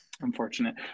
Unfortunate